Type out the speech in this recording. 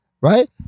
Right